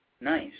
Nice